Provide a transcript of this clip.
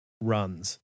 runs